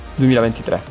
2023